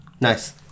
Nice